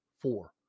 Four